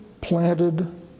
planted